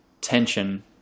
tension